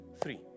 three